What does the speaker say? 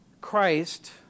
Christ